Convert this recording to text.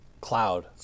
Cloud